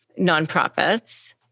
nonprofits